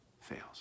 fails